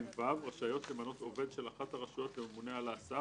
2(ו) רשאיות למנות עובד של אחת הרשויות לממונה על ההסעה